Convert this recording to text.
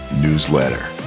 newsletter